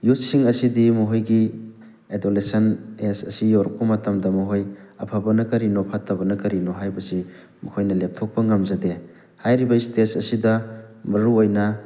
ꯌꯨꯠꯁꯤꯡ ꯑꯁꯤꯗꯤ ꯃꯈꯣꯏꯒꯤ adolescence age ꯑꯁꯤ ꯌꯧꯔꯛꯄ ꯃꯇꯝꯗ ꯃꯈꯣꯏ ꯑꯐꯕꯅ ꯀꯔꯤꯅꯣ ꯐꯠꯇꯕꯅ ꯀꯔꯤꯅꯣ ꯍꯥꯏꯕꯁꯤ ꯃꯈꯣꯏꯅ ꯂꯦꯞꯊꯣꯛꯄ ꯉꯝꯖꯗꯦ ꯍꯥꯏꯔꯤꯕ ꯏ꯭ꯁꯇꯦꯖ ꯑꯁꯤꯗ ꯃꯔꯨ ꯑꯣꯏꯅ